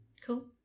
Cool